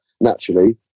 naturally